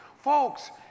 Folks